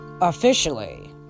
officially